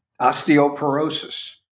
osteoporosis